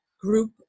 group